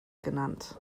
genannt